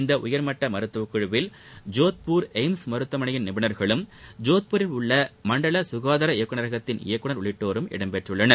இந்த உயர்மட்ட மருத்துவக்குழுவில் ஜோத்பூர் எய்ம்ஸ் மருத்துவமனையின் நிபுணர்களும் ஜோத்பூரில் உள்ள மண்டல சுகாதார இயக்குநரகத்தின் இயக்குநர் உள்ளிட்டோர் இடம் பெற்றுள்ளனர்